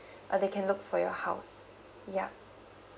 uh they can look for your house yeah